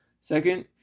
Second